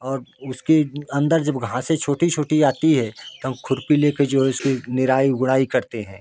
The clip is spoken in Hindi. और उसके अन्दर जब घसे छोटी छोटी आते है हम खुरपी ले के जो है उसकी मेराई गोड़ाई करते हैं